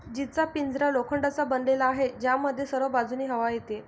जीचा पिंजरा लोखंडाचा बनलेला आहे, ज्यामध्ये सर्व बाजूंनी हवा येते